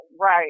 Right